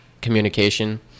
communication